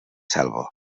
selva